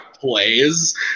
plays